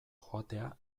joatea